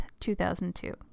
2002